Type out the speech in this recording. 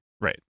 Right